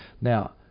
Now